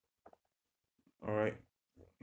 alright